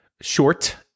short